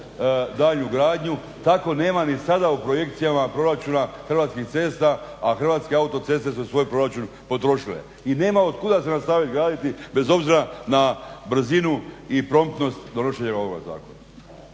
daljnju gradnju tako nema ni sada u projekcijama proračuna Hrvatskih cesta, a Hrvatske autoceste svoj proračun potrošile i nema od kuda nastaviti graditi bez obzira na brzinu i promptnost donošenja ovog zakona.